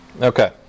Okay